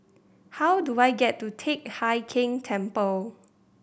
how do I get to Teck Hai Keng Temple